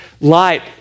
light